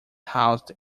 housed